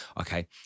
Okay